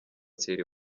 thierry